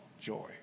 joy